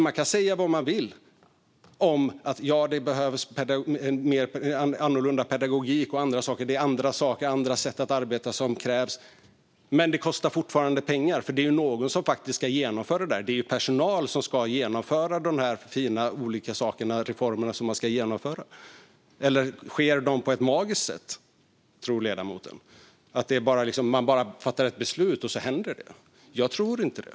Man kan säga vad man vill om att det behövs annorlunda pedagogik och att det krävs andra sätt att arbeta. Men det kostar fortfarande pengar. Det är någon som ska genomföra det. Det är personal som ska genomföra de olika, fina reformerna. Eller tror ledamoten att de sker på ett magiskt sätt? Är det bara att fatta beslut och så händer det? Jag tror inte det.